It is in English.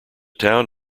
town